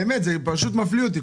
זה פשוט מפליא אותי.